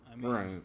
Right